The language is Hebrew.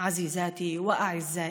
יקירותיי ויקיריי,